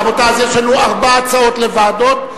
רבותי, אז יש לנו ארבע הצעות לוועדות.